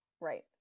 right